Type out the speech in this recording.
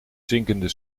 zinkende